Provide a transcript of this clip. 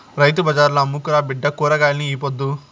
రైతు బజార్ల అమ్ముకురా బిడ్డా కూరగాయల్ని ఈ పొద్దు